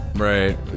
Right